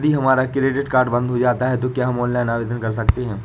यदि हमारा credit card बंद हो जाता है तो क्या हम ऑनलाइन आवेदन कर सकते हैं?